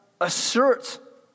assert